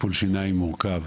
טיפול שיניים מורכב.